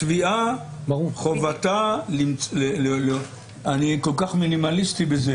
התביעה - אני כל כך מינימליסטי בזה